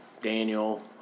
Daniel